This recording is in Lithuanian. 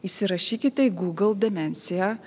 įsirašykite į google demencija